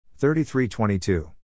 33-22